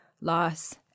loss